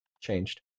changed